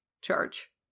charge